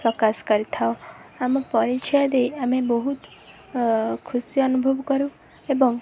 ପ୍ରକାଶ କରିଥାଉ ଆମ ପରିଚୟ ଦେଇ ଆମେ ବହୁତ ଖୁସି ଅନୁଭବ କରୁ ଏବଂ